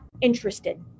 interested